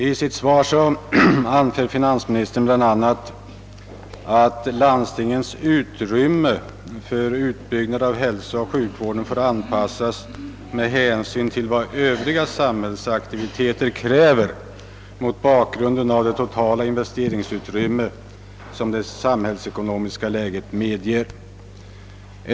I sitt svar anser fi nansministern bl.a. att landstingens utrymme för utbyggnad av hälsooch sjukvården får anpassas med hänsyn till vad övriga samhällsaktiviteter kräver mot bakgrunden av det totala investeringsutrymme som det samhällsekonomiska läget medger.